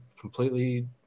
completely